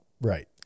right